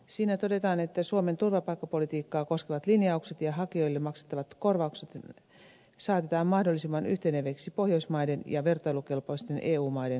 siinä todetaan että suomen turvapaikkapolitiikkaa koskevat linjaukset ja hakijoille maksettavat korvaukset saatetaan mahdollisimman yhteneviksi pohjoismaiden ja vertailukelpoisten eu maiden kanssa